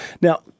now